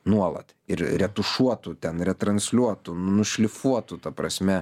nuolat ir retušuotu ten retransliuotu nušlifuotu ta prasme